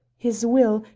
his will,